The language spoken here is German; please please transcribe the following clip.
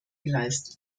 geleistet